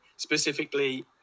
Specifically